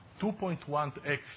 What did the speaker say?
2.1x